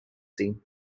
scene